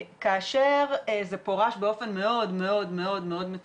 כאשר זה פורש באופן מאוד מאוד מצומצם